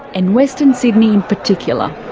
and western sydney in particular.